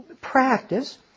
practice